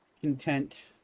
content